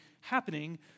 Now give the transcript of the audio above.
happening